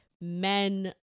men